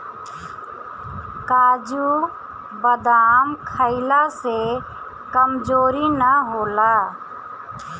काजू बदाम खइला से कमज़ोरी ना होला